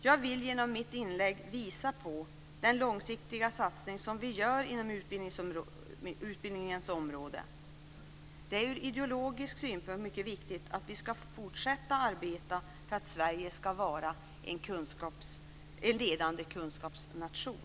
Jag vill med mitt inlägg visa på den långsiktiga satsning som vi gör inom utbildningens område. Det är ur ideologisk synpunkt mycket viktigt att vi fortsätter att arbeta för att Sverige ska vara en ledande kunskapsnation.